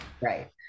Right